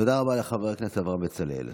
תודה רבה לחבר הכנסת אברהם בצלאל.